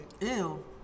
ew